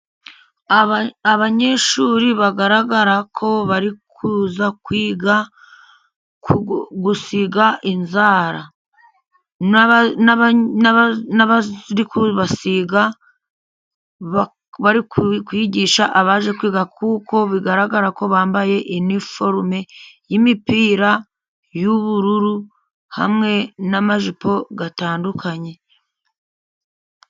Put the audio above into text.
Abanyeshuri bagaragara ko bari kuza kwiga gusiga inzara. N'abari kubasiga bari kwigisha abaje kwiga, kuko bigaragara ko bambaye iniforume y'imipira y'ubururu, hamwe n'amajipo atandukanye.